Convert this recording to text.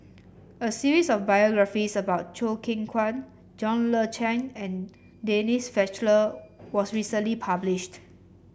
a series of biographies about Choo Keng Kwang John Le Cain and Denise Fletcher was recently published